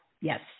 Yes